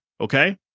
Okay